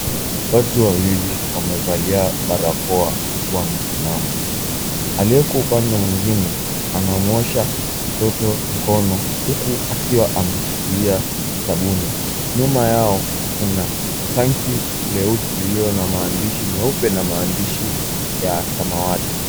Watu wawili wamevalia barakoa huku wamesimama. Aliyeko upande mwingine anamwosha mtoto mkono, huku akiwa ameshikilia sabuni. Nyuma yao kuna tanki nyeusi lililo na maandishi meupe na maandishi ya samawati.